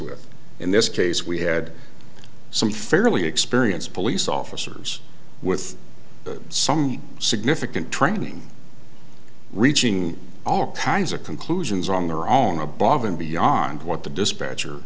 with in this case we had some fairly experienced police officers with some significant training reaching all kinds of conclusions on their own above and beyond what the